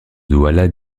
douala